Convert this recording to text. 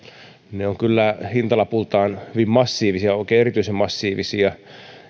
ne ovat kyllä hintalapultaan hyvin massiivisia oikein erityisen massiivisia